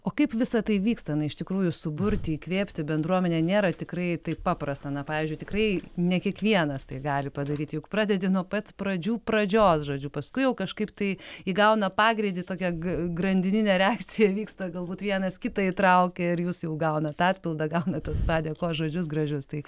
o kaip visa tai vyksta na iš tikrųjų suburti įkvėpti bendruomenę nėra tikrai taip paprasta na pavyzdžiui tikrai ne kiekvienas tai gali padaryti juk pradedi nuo pat pradžių pradžios žodžiu paskui kažkaip tai įgauna pagreitį tokia g grandininė reakcija vyksta galbūt vienas kitą įtraukia ir jūs jau gaunat atpildą gaunat tos padėkos žodžius gražius tai